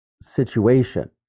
situation